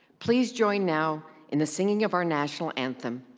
please join now in the singing of our national anthem.